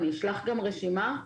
אני אשלח גם רשימה,